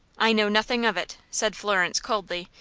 i know nothing of it, said florence, coldly,